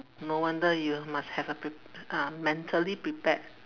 no wonder you must have a prep~ uh mentally prepared